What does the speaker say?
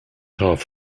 half